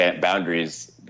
boundaries